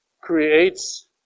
creates